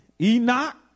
Enoch